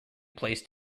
placed